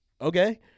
Okay